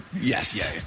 Yes